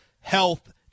health